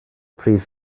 prif